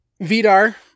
Vidar